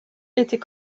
était